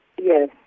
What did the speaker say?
Yes